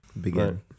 Begin